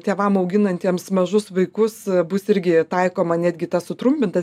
tėvam auginantiems mažus vaikus bus irgi taikoma netgi ta sutrumpinta